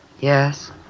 Yes